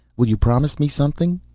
will you promise me something?